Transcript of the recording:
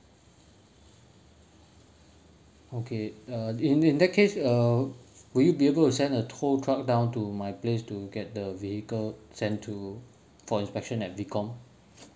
okay uh in in that case err would you be able to send a tow truck down to my place to get the vehicle sent to for inspection at V comm